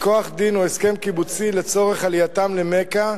מכוח דין או הסכם קיבוצי, לצורך עלייתם למכה,